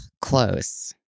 Close